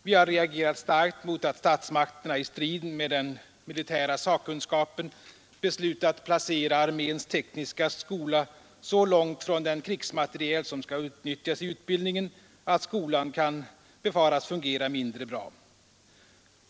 Vi har reagerat starkt mot att statsmakterna i strid med den militära sakkunskapen beslutat placera arméns tekniska skola så långt Nr 95 från den krigsmateriel som skall utnyttjas i utbildningen att skolan kan Tisdagen den befaras fungera mindre bra.